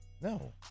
No